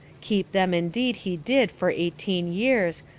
keep them indeed he did for eighteen years,